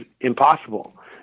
impossible